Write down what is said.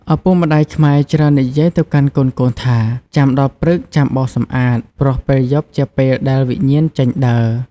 ឪពុកម្ដាយខ្មែរច្រើននិយាយទៅកាន់កូនៗថា៖ «ចាំដល់ព្រឹកចំាបោសសម្អាត ព្រោះពេលយប់ជាពេលដែលវិញ្ញាណចេញដើរ ។